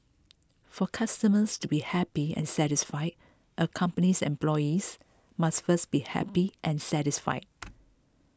for customers to be happy and satisfied a company's employees must first be happy and satisfied